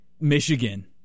Michigan